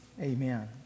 Amen